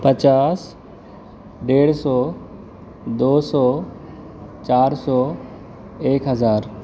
پچاس ڈیڑھ سو دو سو چار سو ایک ہزار